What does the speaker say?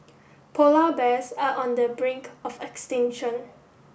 polar bears are on the brink of extinction